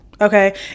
Okay